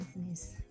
business